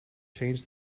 changed